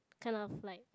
kind of like